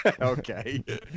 Okay